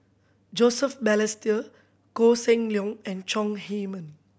Joseph Balestier Koh Seng Leong and Chong Heman